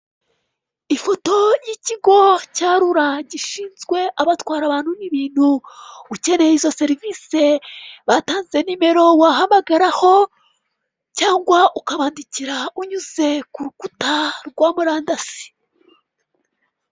Ifoto y'ikigo cya rura gishinzwe abatwara abantu n'ibintu, ukeneye izo serivisi batanze nimero wahamagaraho cyangwa ukabandikira unyuze ku rukuta rwa murandasi.